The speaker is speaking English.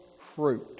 fruit